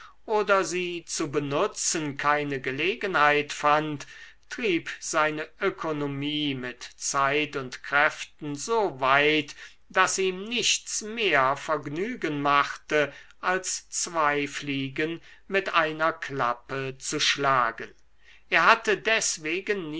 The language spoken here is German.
oder sie zu benutzen keine gelegenheit fand trieb seine ökonomie mit zeit und kräften so weit daß ihm nichts mehr vergnügen machte als zwei fliegen mit einer klappe zu schlagen er hatte deswegen